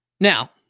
Now